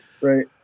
Right